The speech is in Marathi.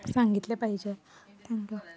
सांगितले पाहिजे थँक्यु